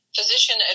physician